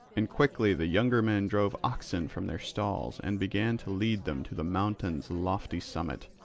and quickly the younger men drove oxen from their stalls and began to lead them to the mountain's lofty summit.